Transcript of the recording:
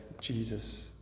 Jesus